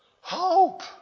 Hope